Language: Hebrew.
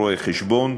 רואה-חשבון,